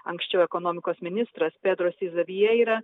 anksčiau ekonomikos ministras pedro siza vieira